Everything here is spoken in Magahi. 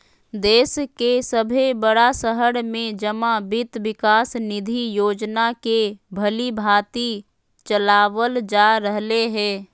देश के सभे बड़ा शहर में जमा वित्त विकास निधि योजना के भलीभांति चलाबल जा रहले हें